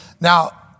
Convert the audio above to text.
now